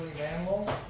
campbell,